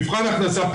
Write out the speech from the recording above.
מבחן הכנסה,